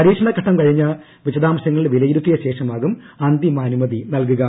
പരീക്ഷണഘട്ടം കഴിഞ്ഞ് വിശദാംശങ്ങൾ വിലയിരുത്തിയ ശേഷമാകും അന്തിമാനുമതി നൽകുക